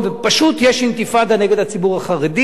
פשוט יש אינתיפאדה נגד הציבור החרדי.